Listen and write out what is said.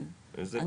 כן,